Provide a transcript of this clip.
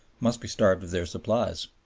must be starved of their supplies.